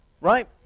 Right